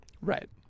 Right